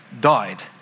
died